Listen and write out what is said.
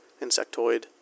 insectoid